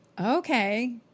Okay